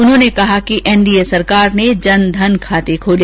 उन्होंने कहा कि एनडीए सरकार ने जन धन खाते खोले